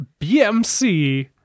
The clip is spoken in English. BMC